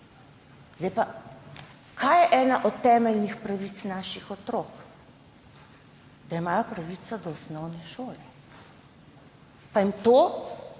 šole. Kaj je ena od temeljnih pravic naših otrok? Da imajo pravico do osnovne šole. Pa jim to